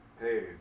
Hey